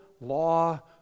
law